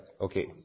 Okay